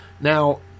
Now